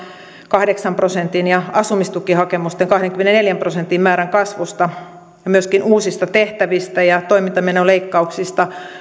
kahdeksan prosentin ja asumistukihakemusten kahdenkymmenenneljän prosentin määrän kasvusta ja myöskin huolimatta uusista tehtävistä ja toimintamenoleikkauksista